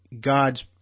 God's